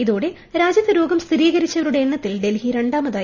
ഇതോടെ രാജ്യത്ത് രോഗം സ്മിരീകരിച്ചവരുടെ എണ്ണത്തിൽ ഡൽഹി രണ്ടാമതായി